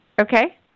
Okay